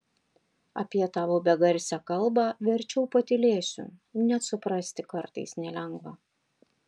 apie tavo begarsę kalbą verčiau patylėsiu net suprasti kartais nelengva